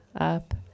up